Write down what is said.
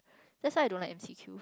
that's why I don't like M_C_Q